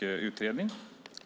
utredning.